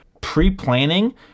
Pre-planning